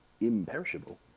imperishable